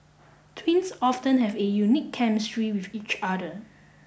twins often have a unique chemistry with each other